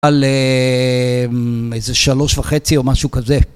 על איזה שלוש וחצי או משהו כזה.